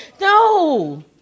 No